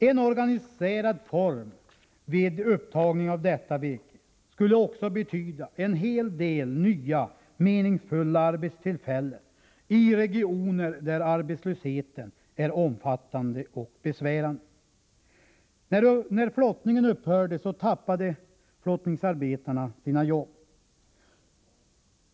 En organiserad form vid upptagning av detta virke skulle också betyda en hel del nya meningsfulla arbetstillfällen i regioner där arbetslösheten är omfattande och besvärande. När flottningen upphörde tappade flottningsarbetarna sina jobb.